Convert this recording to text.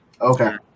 Okay